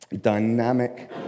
dynamic